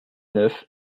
neuf